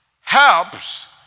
helps